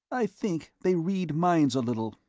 i think they read minds a little.